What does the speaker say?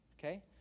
Okay